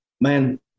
man